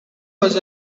was